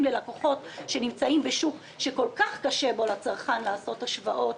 ללקוחות שנמצאים בשוק שכל כך קשה בו לצרכן לעשות השוואות,